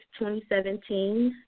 2017